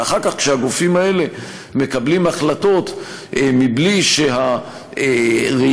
ואחר כך כשהגופים האלה מקבלים החלטות מבלי שהראייה